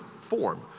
form